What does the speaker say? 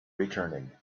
returning